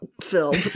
filled